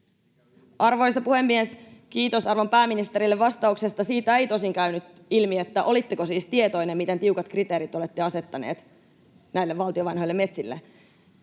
Arvoisa puhemies! Kiitos arvon pääministerille vastauksesta. Siitä ei tosin käynyt ilmi, olitteko siis tietoinen, miten tiukat kriteerit olette asettaneet näille valtion vanhoille metsille.